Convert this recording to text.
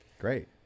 Great